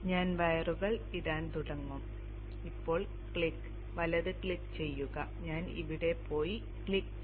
ഇപ്പോൾ ഞാൻ വയറുകൾ ഇടാൻ തുടങ്ങും ഇപ്പോൾ ക്ലിക്ക് റൈറ്റ് ക്ലിക്ക് ചെയ്യുക ഞാൻ ഇവിടെ പോയി ക്ലിക്ക് ചെയ്യുക